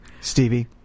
stevie